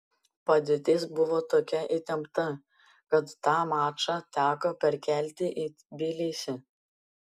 padėtis buvo tokia įtempta kad tą mačą teko perkelti į tbilisį